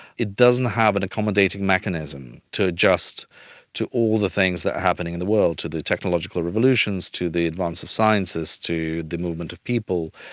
it doesn't have an accommodating mechanism to adjust to all the things that are happening in the world, to the technological revolutions, to the advance of sciences, to the movement of people,